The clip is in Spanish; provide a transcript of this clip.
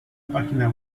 página